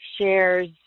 Shares